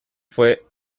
fue